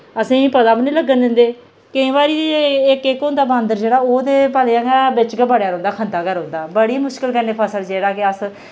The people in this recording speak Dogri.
असें ई पता बी नेईं लग्गन दिंदे केईं बारी इक इक होंदा बांदर जेह्ड़ा ओह् ते भलेआं गै बिच गै बड़ेआ रौंह्दा खंदा गै रौंह्दा बड़ी मुश्कल कन्नै फसल जेह्ड़ा कि अस